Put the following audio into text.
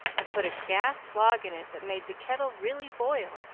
and put a gas-log in it that made the kettle really boil,